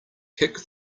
kick